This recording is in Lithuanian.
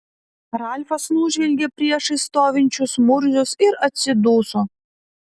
ralfas nužvelgė priešais stovinčius murzius ir atsiduso